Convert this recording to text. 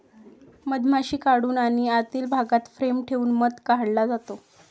मधमाशी काढून आणि आतील भागात फ्रेम ठेवून मध काढला जातो